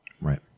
Right